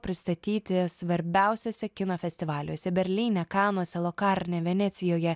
pristatyti svarbiausiuose kino festivaliuose berlyne kanuose lokarne venecijoje